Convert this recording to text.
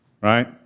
right